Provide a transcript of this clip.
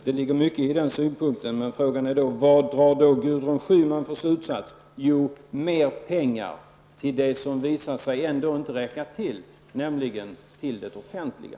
Det ligger mycket i den synpunkten. Frågan är dock vilka slutsatser Gudrun Schyman drar. Jo, mera pengar till det som ändå inte visar sig räcka till, nämligen det offentliga.